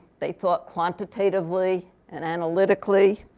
they thought quantitatively and analytically.